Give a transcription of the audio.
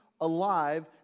alive